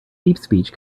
deepspeech